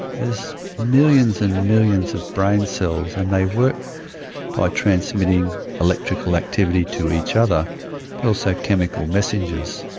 there's millions and millions of brain cells and they work by transmitting electrical activity to each other but also chemical messengers,